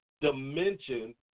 dimension